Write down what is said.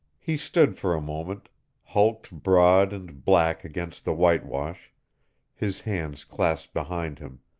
he stood for a moment hulked broad and black against the whitewash his hands clasped behind him,